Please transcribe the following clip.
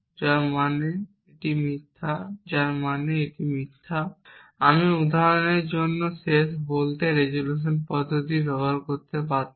যার মানে এটি মিথ্যা আমি উদাহরণের জন্য শেষ বলতে রেজোলিউশন পদ্ধতি ব্যবহার করতে পারতাম